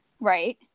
Right